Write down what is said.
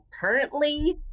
currently